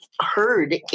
heard